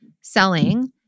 selling